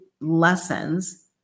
lessons